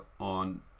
on